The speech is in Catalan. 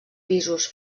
pisos